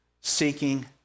seeking